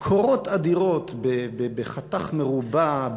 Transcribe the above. קורות אדירות בחתך מרובע,